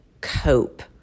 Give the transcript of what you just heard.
cope